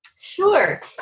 Sure